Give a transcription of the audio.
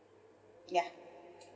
yeah